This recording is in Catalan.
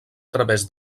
través